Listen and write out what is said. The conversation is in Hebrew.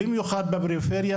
במיוחד בפריפריה,